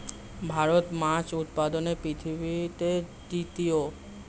ভারত মাছ উৎপাদনে পৃথিবীতে তৃতীয়